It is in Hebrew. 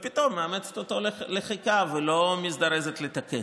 ופתאום מאמצת אותו לחיקה ולא מזדרזת לתקן.